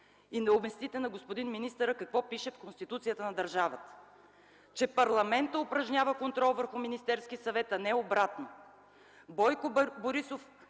и да обясните на господин министъра какво пише в Конституцията на държавата: че парламентът упражнява контрол върху Министерския съвет, а не обратно. Бойко Борисов